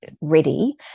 ready